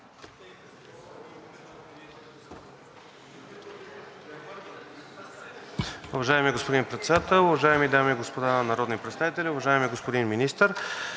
Уважаеми господин Председател, уважаеми дами и господа народни представители, уважаеми господин Министър!